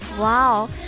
Wow